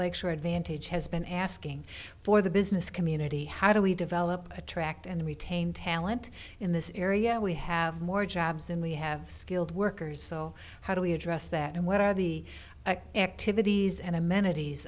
lecture advantage has been asking for the business community how do we develop attract and retain talent in this area we have more jobs and we have skilled workers so how do we address that and what are the activities and amenities